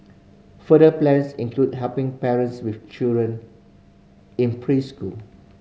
further plans include helping parents with children in preschool